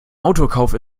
autokauf